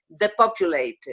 depopulated